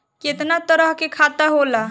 केतना तरह के खाता होला?